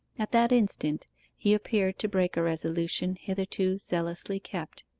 at that instant he appeared to break a resolution hitherto zealously kept.